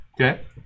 Okay